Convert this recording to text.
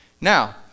Now